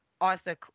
Arthur